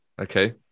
okay